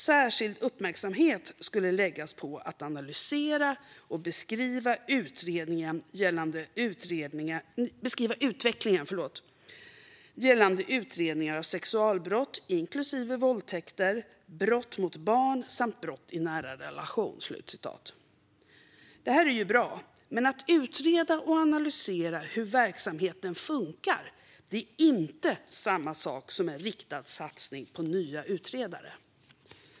Särskild uppmärksamhet skulle läggas på att analysera och beskriva utvecklingen gällande utredningar av sexualbrott, inklusive våldtäkter, brott mot barn samt brott i nära relation. Det är ju bra, men att utreda och analysera hur verksamheten fungerar är inte samma sak som en riktad satsning på nya utredare.